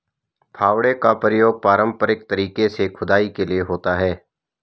फावड़े का प्रयोग पारंपरिक तरीके से खुदाई के लिए होता है